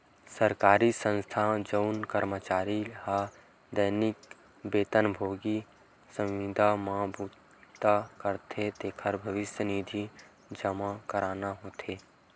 सरकारी संस्था म जउन करमचारी ह दैनिक बेतन भोगी, संविदा म बूता करथे तेखर भविस्य निधि जमा करना होथे